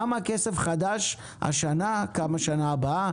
כמה כסף חדש השנה, כמה בשנה הבאה?